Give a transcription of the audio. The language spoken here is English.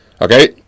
okay